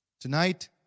Tonight